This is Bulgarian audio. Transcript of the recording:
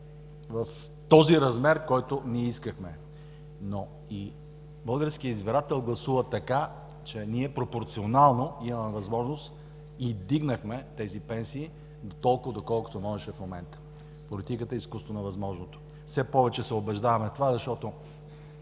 в този размер, който искахме. Но и българският избирател гласува така, че ние пропорционално имаме възможност и вдигнахме тези пенсии дотолкова, доколкото можеше в момента. Политиката е изкуство на възможното. Все повече се убеждаваме в това, защото